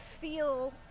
feel